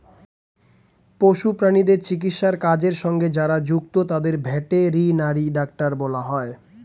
পশু প্রাণীদের চিকিৎসার কাজের সঙ্গে যারা যুক্ত তাদের ভেটেরিনারি ডাক্তার বলা হয়